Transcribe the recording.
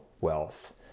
wealth